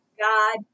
God